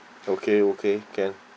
okay okay can